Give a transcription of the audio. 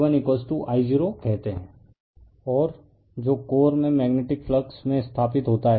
refer slide time 0404 और जो core में मेग्नेटिक फ्लक्स में स्थापित होता है